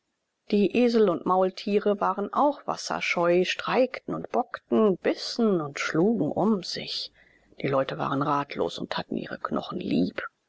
die esel und maultiere waren auch wasserscheu streikten und bockten bissen und schlugen um sich die leute waren ratlos und hatten ihre knochen lieb